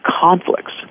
conflicts